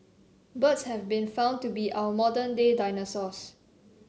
birds have been found to be our modern day dinosaurs